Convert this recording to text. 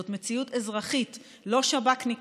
זאת מציאות אזרחית, לא שב"כניקית.